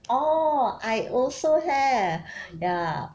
orh I also have ya